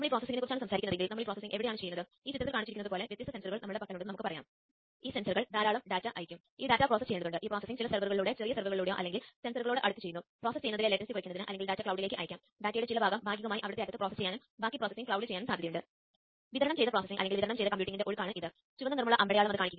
കോൺഫിഗറേഷനായി ക്ലിക്കുചെയ്യുക